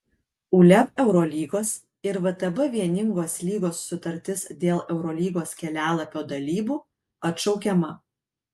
uleb eurolygos ir vtb vieningos lygos sutartis dėl eurolygos kelialapio dalybų atšaukiama